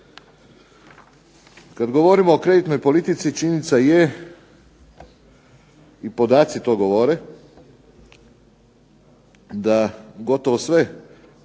Kad govorimo o kreditnoj politici, činjenica je i podaci to govore da gotovo sve